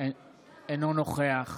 אינו נוכח